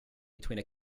between